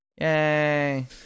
Yay